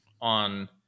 on